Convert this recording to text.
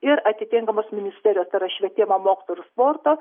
ir atitinkamos ministerijos tai yra švietimo mokslo ir sporto